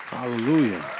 Hallelujah